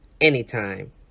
anytime